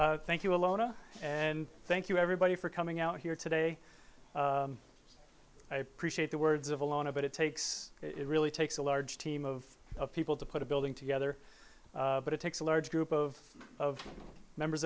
do thank you alona and thank you everybody for coming out here today i appreciate the words of alona but it takes it really takes a large team of people to put a building together but it takes a large group of of members